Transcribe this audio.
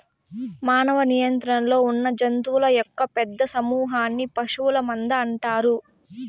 మానవ నియంత్రణలో ఉన్నజంతువుల యొక్క పెద్ద సమూహన్ని పశువుల మంద అంటారు